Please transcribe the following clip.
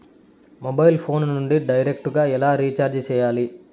mobile phone నుండి direct గా ఎలా రీచార్జి సేయాలి